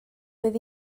bydd